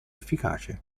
efficace